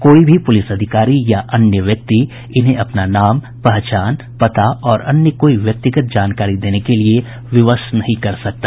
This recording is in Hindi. कोई भी पुलिस अधिकारी या अन्य व्यक्ति इन्हें अपना नाम पहचान पता और अन्य कोई व्यक्तिगत जानकारी देने के लिए विवश नहीं कर सकता